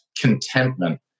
contentment